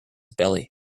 belly